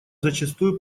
зачастую